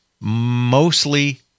mostly